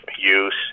use